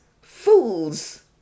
fools